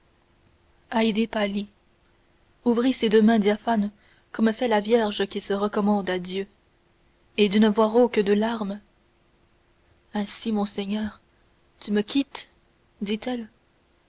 ouvrit ses mains diaphanes comme fait la vierge qui se recommande à dieu et d'une voix rauque de larmes ainsi mon seigneur tu me quittes dit-elle